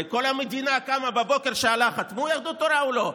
הרי כל המדינה קמה בבוקר ושאלה: יהדות התורה חתמו או לא?